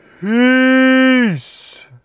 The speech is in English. Peace